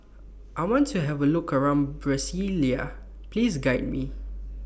I want to Have A Look around Brasilia Please Guide Me